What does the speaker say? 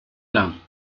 lang